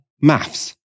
maths